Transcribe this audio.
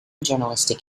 journalistic